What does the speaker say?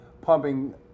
pumping